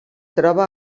troba